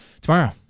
Tomorrow